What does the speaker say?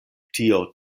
tio